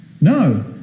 No